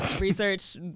research